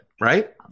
right